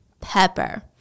Pepper